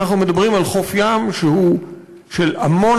אנחנו מדברים על חוף ים שהוא של המון